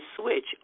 switch